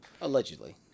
Allegedly